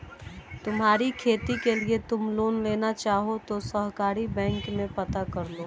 तुम्हारी खेती के लिए तुम लोन लेना चाहो तो सहकारी बैंक में पता करलो